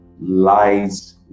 lies